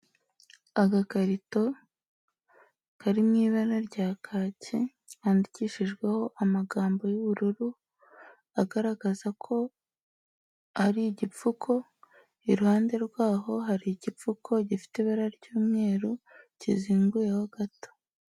Agakarito kari mu ibara rya kaki handikishijweho amagambo y'ubururu agaragaza ko ari igipfuko, iruhande rwaho hari igipfuko gifite ibara ry'umweru kizinguyeho gato.